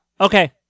Okay